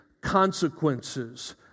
consequences